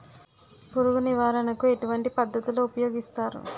పురుగు నివారణ కు ఎటువంటి పద్ధతులు ఊపయోగిస్తారు?